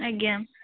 ଆଜ୍ଞା